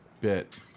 bit